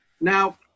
Now